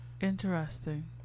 interesting